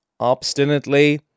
Obstinately